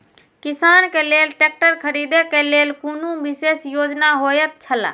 किसान के लेल ट्रैक्टर खरीदे के लेल कुनु विशेष योजना होयत छला?